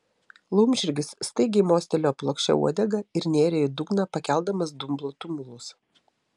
laumžirgis staigiai mostelėjo plokščia uodega ir nėrė į dugną pakeldamas dumblo tumulus